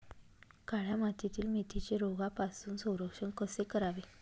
काळ्या मातीतील मेथीचे रोगापासून संरक्षण कसे करावे?